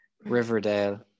Riverdale